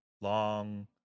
long